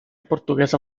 portuguesa